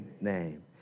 name